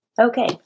Okay